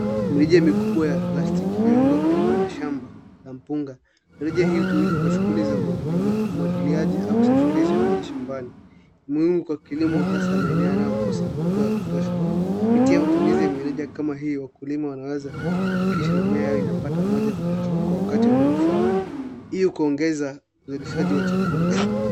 Mirija mikubwa ya plastiki umewekwa karibu na shamba la mpunga. Mirija huu unatumika kwa shughuli za kilimo, hasa kumwagilia shamba na kuhakikisha mimea inapata maji. Hali ya mvua mara nyingine ni chache, hivyo kutumia mirija kama huu ni msaada kwa wakulima. Kwa kutumia mirija huu, mimea hupata maji kwa wakati unaofaa, na hivyo kuongeza mavuno na chakula kinachopatikana